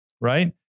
right